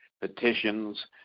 petitions